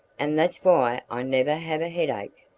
and that's why i never have a headache.